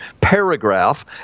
paragraph